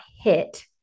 hit